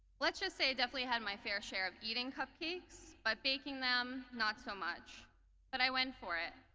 let's just say definitely had my fair share of eating cupcakes by baking them. not so much that i went for it.